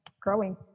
growing